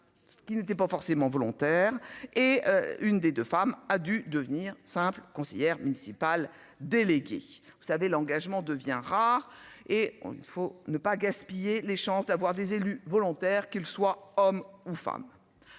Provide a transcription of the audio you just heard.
Qui n'était pas forcément volontaires et une des 2 femmes a dû devenir simple conseillère municipale déléguée, vous savez l'engagement devient rare et il ne faut ne pas gaspiller les chances d'avoir des élus volontaire qu'il soit homme ou femme.